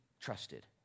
trusted